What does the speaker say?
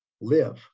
live